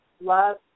love